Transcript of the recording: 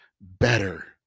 better